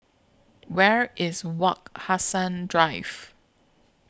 Where IS Wak Hassan Drive